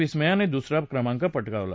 विस्मयानं दुसरा क्रमांक पटकावला